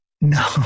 no